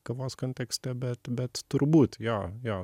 kavos kontekste bet bet turbūt jo jo